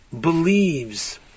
believes